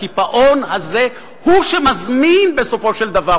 הקיפאון הזה הוא שמזמין, בסופו של דבר,